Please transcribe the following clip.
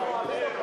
אנחנו אוהבים אותך.